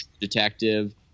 Detective